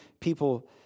people